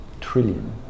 trillion